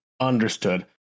Understood